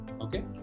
okay